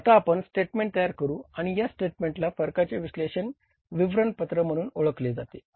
आता आपण स्टेटमेंट तयार करू आणि या स्टेटमेंटला फरकाचे विश्लेषन विवरणपत्र म्हणून ओळखले जाते